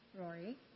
Rory